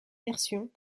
version